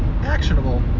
actionable